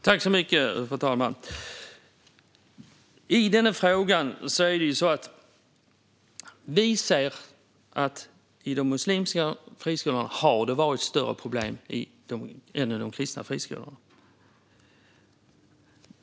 Fru talman! I denna fråga säger vi att det har varit större problem i de muslimska friskolorna än i de kristna friskolorna.